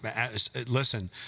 Listen